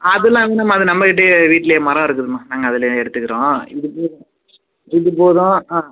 அதலாம் இல்லைம்மா அது நம்மக்கிட்டேயே வீட்டுலேயே மரம் இருக்குதும்மா நாங்கள் அதுலேருந்து எடுத்துக்கிறோம் இது போதும் இது போதும் ஆ